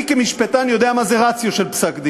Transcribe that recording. אני כמשפטן יודע מה זה רציו של פסק-דין.